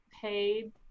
paid